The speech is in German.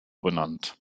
benannt